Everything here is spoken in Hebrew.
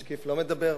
משקיף לא מדבר.